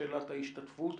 שאלת ההשתתפות.